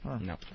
No